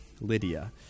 Lydia